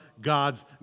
God's